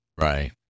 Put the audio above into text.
right